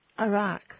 Iraq